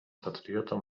patriotą